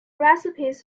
recipes